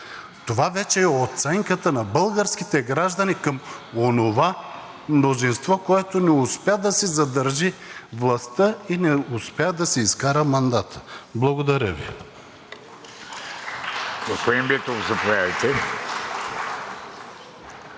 Това вече е оценката на българските граждани към онова мнозинство, което не успя да си задържи властта и не успя да си изкара мандата. Благодаря Ви.